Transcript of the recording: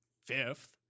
fifth